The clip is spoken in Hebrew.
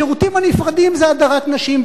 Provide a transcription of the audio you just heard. השירותים הנפרדים זה הדרת נשים,